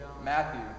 Matthew